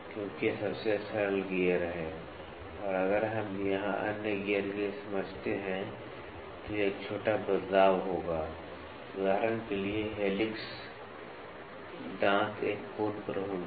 क्योंकि यह सबसे सरल गियर है और अगर हम यहां अन्य गियर के लिए समझते हैं तो यह एक छोटा बदलाव होगा उदाहरण के लिए हेलिक्स दांत एक कोण पर होंगे